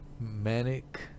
manic